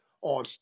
on